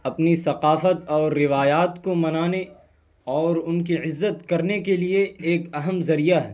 اپنی ثقافت اور روایات کو منانے اور ان کی عزت کرنے کے لیے ایک اہم ذریعہ ہے